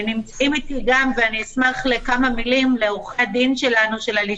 נמצאים אתי גם עורכי הדין של הלשכה,